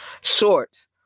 shorts